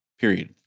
period